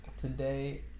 Today